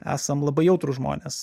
esam labai jautrūs žmonės